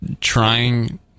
trying